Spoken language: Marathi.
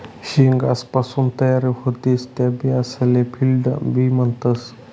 शेंगासपासून तयार व्हतीस त्या बियासले फील्ड बी म्हणतस